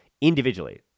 individually